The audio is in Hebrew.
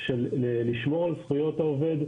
כדי לשמור על זכויות העובד,